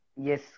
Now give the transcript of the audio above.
yes